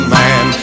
man